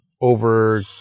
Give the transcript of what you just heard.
over